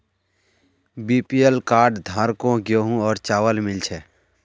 BPL card धारकों गेहूं और चावल मिल छे